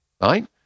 right